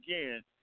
again